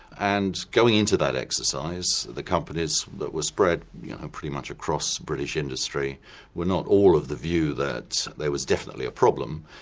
and going into that exercise the companies that were spread pretty much across british industry were not all of the view that there was definitely a problem,